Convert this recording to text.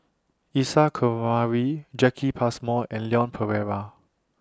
Isa Kamari Jacki Passmore and Leon Perera